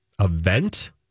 event